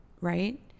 right